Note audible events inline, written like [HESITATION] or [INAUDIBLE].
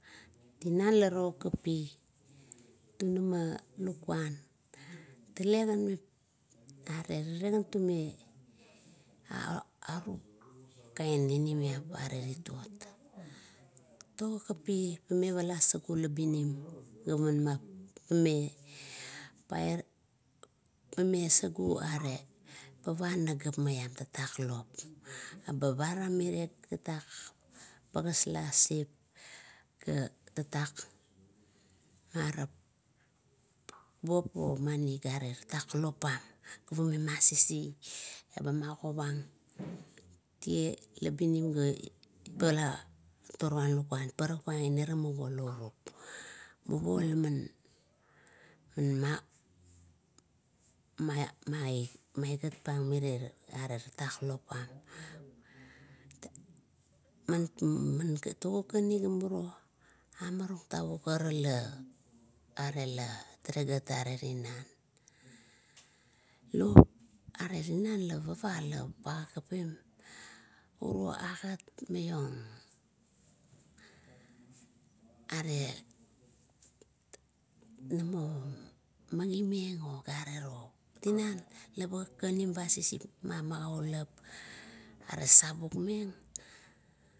Tinan la ro kapl tunama lakuan tagan ara talagan tume [HESITATION] agup ninimap gare ritot. Togagapi mame pala sagu la binim gapeme pai, paire sugu maiam tatak lop, eba param mire, paslasip ga tatak marap kuop, ira lop pam, eba man masisi ebaman magovang tia labinim ga palar to uruan lakuan, pala parakpang inap muvo laurup. Muvo laman mai, maigat pang mire, are tatak lop pam. Man [HESITATION] nitong karima ruo, agimarung tavuk, la rale pagakapim, ogat maniong, are nanut man uneng aga ro, bar kakanim ba magulap bar sabak meng.